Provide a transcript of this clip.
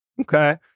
Okay